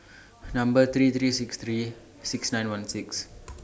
Number three three six three six nine one six